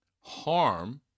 harm